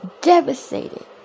Devastated